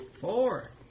Four